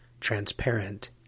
transparent